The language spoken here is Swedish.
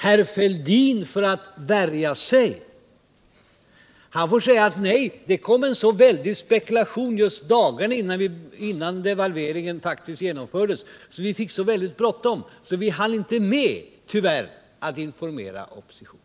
Letter. För att värja sig säger herr Fälldin: Det kom en så väldig spekulation dagarna innan devalveringen genomfördes, och vi fick därför så bråttom att vi tyvärr inte hann med att informera oppositionen.